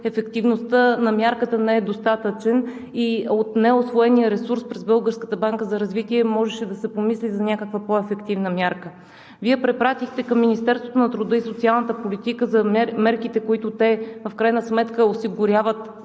ефективността на мярката не е достатъчна и от неусвоения ресурс през Българската банка за развитие можеше да се помисли за някаква по-ефективна мярка. Вие препратихте към Министерството на труда и социалната политика за мерките, които те в крайна сметка осигуряват